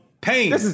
Pain